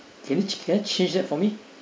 can you can I change that for me